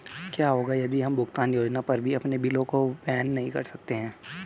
क्या होगा यदि हम भुगतान योजना पर भी अपने बिलों को वहन नहीं कर सकते हैं?